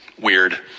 weird